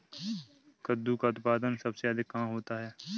कद्दू का उत्पादन सबसे अधिक कहाँ होता है?